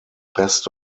best